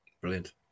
Brilliant